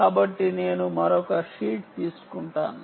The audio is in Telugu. కాబట్టి నేను మరొక షీట్ తీసుకుందాం